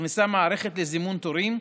הוכנסה מערכת לזימון תורים,